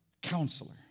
Counselor